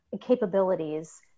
capabilities